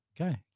Okay